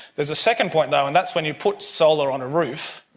there is a second point though and that's when you put solar on a roof,